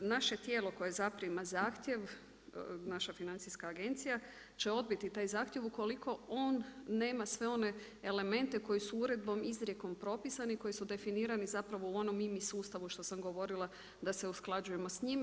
Naše tijelo koje zaprima zahtjev, naša financijska agencija će odbiti taj zahtjev ukoliko on nema sve one elemente koji su uredbom, izrijekom propisani koji su definirani u onom IMI sustavu što sam govorila da se usklađujemo s njime.